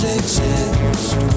exist